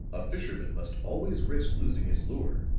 a fisherman must always risk losing his lure,